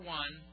one